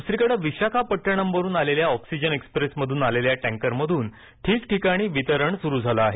दुसरीकडं विशाखापड्टणमवरून आलेल्या ऑक्सिजन एक्स्प्रेसमधून आलेल्या टँकरमधून ठिकठिकाणी वितरण सुरू झालं आहे